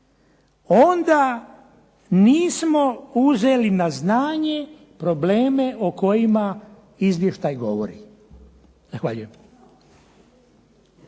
onda nismo uzeli na znanje probleme o kojima izvještaj govori.